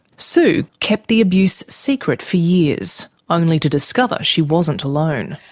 sue kept the abuse secret for years, only to discover she wasn't alone.